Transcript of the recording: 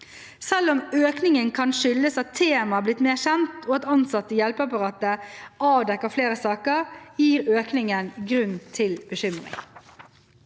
Selv om økningen kan skyldes at temaet har blitt mer kjent, og at ansatte i hjelpeapparatet avdekker flere saker, gir økningen grunn til bekymring.